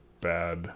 bad